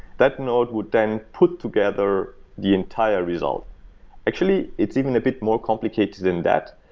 that node would then put together the entire result actually, it's even a bit more complicated than that.